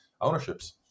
ownerships